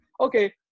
okay